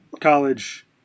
college